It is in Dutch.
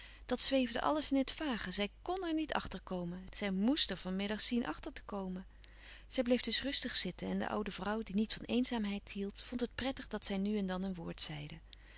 dat zweefde alles in het vage zij kn er niet achter komen zij moèst er van middag zien achter te komen zij bleef dus rustig zitten en de oude vrouw die niet van eenzaamheid hield vond het prettig dat zij nu en dan een woord zeide